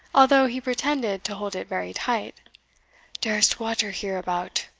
although he pretended to hold it very tight dere is water here about,